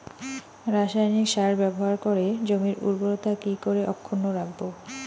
রাসায়নিক সার ব্যবহার করে জমির উর্বরতা কি করে অক্ষুণ্ন রাখবো